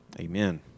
amen